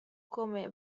come